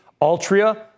Altria